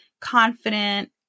confident